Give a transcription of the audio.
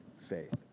faith